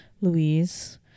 Louise